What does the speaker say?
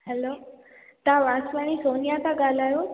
hello तव्हां वासवाणी सोनिया था ॻाल्हायो